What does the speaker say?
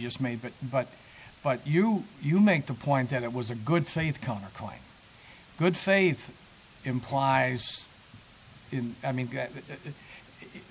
just made it but but you you make the point that it was a good faith counterpoint good faith implies i mean